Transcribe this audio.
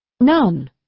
None